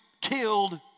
killed